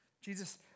Jesus